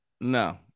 No